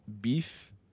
beef